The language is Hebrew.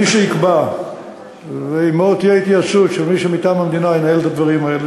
מי שיקבע ועמו תהיה התייעצות של מי שמטעם המדינה ינהל את הדברים האלה,